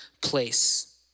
place